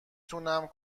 تونم